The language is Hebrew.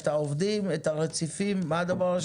העובדים, הרציפים, מה הדבר השלישי?